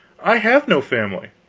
i have no family.